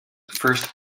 first